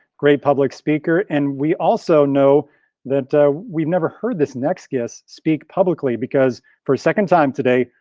great public speaker and we also know that we've never heard this next guest speak publicly because for a second time today,